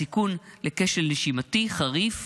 הסיכון לכשל נשימתי חריף